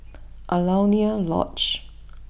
Alaunia Lodge